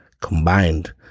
combined